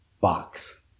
box